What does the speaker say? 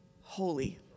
holy